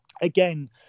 again